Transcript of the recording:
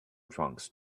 trunks